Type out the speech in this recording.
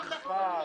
משפט.